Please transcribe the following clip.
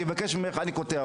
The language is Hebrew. אני מבקש ממך, אני קוטע אותך.